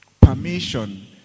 permission